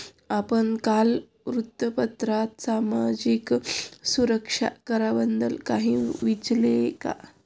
आपण काल वृत्तपत्रात सामाजिक सुरक्षा कराबद्दल काही वाचले का?